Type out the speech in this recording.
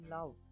Love